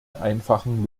einfachen